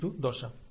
G two দশা